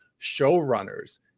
showrunners